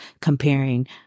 comparing